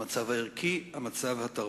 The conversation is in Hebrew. המצב הערכי, המצב התרבותי.